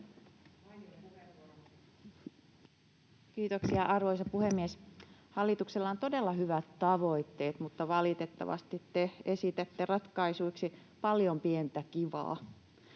Kiitoksia, arvoisa puhemies! Hallituksella on todella hyvä tavoitteet, mutta valitettavasti te esitätte ratkaisuiksi paljon pientä kivaa.